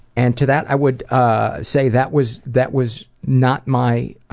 and to that, i would ah say that was, that was not my